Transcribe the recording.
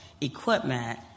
equipment